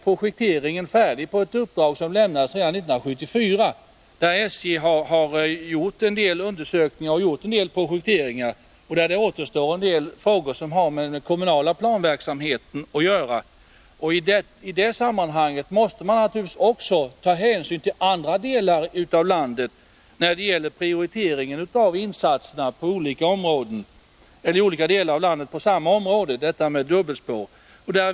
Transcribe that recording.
Projekteringen är färdig av det uppdrag som lämnades redan 1974. Det återstår en del frågor som har med den kommunala planverksamheten att göra. I det sammanhanget måste man naturligtvis också ta hänsyn till andra delar av landet när det gäller prioriteringen av insatserna på samma område, nämligen dubbelspåren.